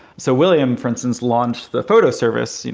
so william, for instance, launched the photo service. you know